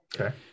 Okay